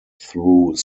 through